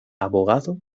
abogado